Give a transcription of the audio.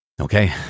Okay